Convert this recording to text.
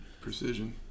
precision